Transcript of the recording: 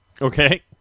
Okay